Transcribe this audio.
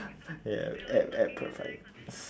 ya air air purifier